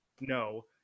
no